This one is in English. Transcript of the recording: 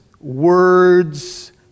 words